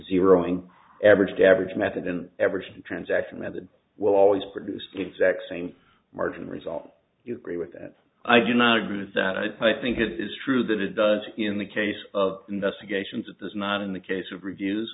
zero ing average the average method in every transaction method will always produce exact same margin result you agree with that i do not agree with that i think it is true that it does in the case of investigations it does not in the case of reviews